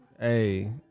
Hey